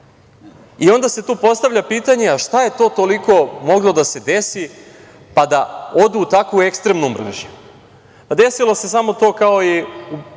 i onda se tu postavlja pitanje šta je to toliko moglo da se desi, pa da odu u tako ekstremnu mržnju? Pa, desilo se samo to, kao i u